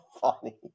funny